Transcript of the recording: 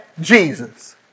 Jesus